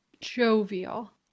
Jovial